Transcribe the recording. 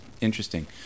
Interesting